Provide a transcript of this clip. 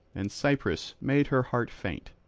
and cypris made her heart faint,